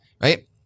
Right